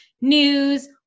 news